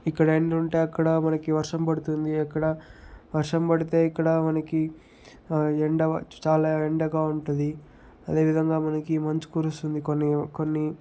ఇక్కడ ఎండ ఉంటే అక్కడ మనకి వర్షం పడుతుంది అక్కడ వర్షం పడితే ఇక్కడ మనకి ఎండ చాలా ఎండగా ఉంటుంది అదేవిధంగా మనకి మంచు కురుస్తుంది కొన్ని కొన్ని